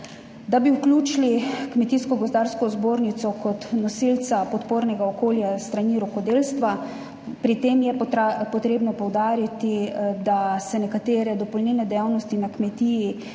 da bi vključili Kmetijsko gozdarsko zbornico kot nosilca podpornega okolja s strani rokodelstva. Pri tem je potrebno poudariti, da se nekatere dopolnilne dejavnosti na kmetiji,